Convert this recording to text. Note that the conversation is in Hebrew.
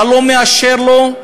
אתה לא מאשר לו,